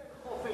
את חופש הפולחן,